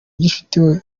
gicuti